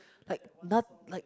like no~ like